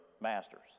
masters